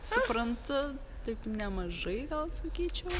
suprantu taip nemažai gal sakyčiau